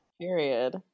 period